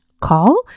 call